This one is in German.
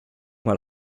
mal